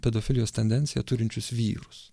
pedofilijos tendenciją turinčius vyrus